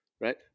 right